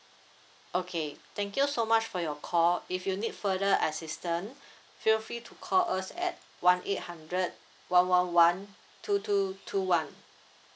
okay thank you so much for your call if you need further assistance feel free to call us at one eight hundred one one one two two two one